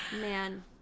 man